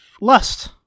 lust